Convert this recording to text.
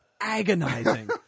agonizing